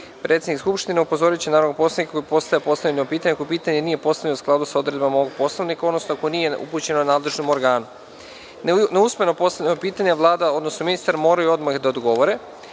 minuta. Predsednik Skupštine upozoriće narodnog poslanika koji postavlja postavljeno pitanje, ako pitanje nije postavljeno u skladu sa odredbama ovog Poslovnika, odnosno ako nije upućeno nadležnom organu. Na usmeno postavljeno pitanje Vlada, odnosno ministar, moraju odmah da odgovore.